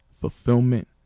fulfillment